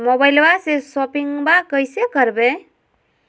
मोबाइलबा से शोपिंग्बा कैसे करबै?